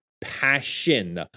Passion